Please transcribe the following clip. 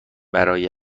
برای